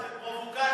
זאת פרובוקציה.